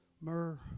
Myrrh